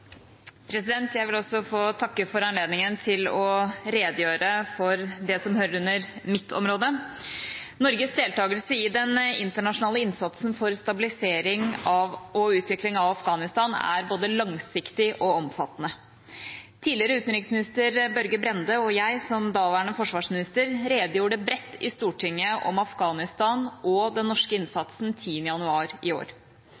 Jeg vil også få takke for anledningen til å redegjøre for det som hører under mitt område. Norges deltagelse i den internasjonale innsatsen for stabilisering og utvikling av Afghanistan er både langsiktig og omfattende. Tidligere utenriksminister Børge Brende og jeg, som daværende forsvarsminister, redegjorde bredt i Stortinget om Afghanistan og den norske innsatsen 10. januar i år.